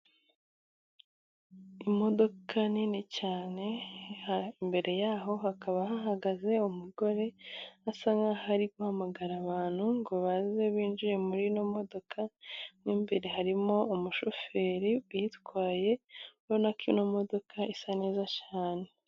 Imodoka nini cyane imbere yaho hakaba hahagaze umugore usa nkaho ari guhamagara abantu ngo baze binjire mur iyo modoka. Imwe imbere harimo umushoferi uyitwaye ubonako ino modoka isa neza cyane.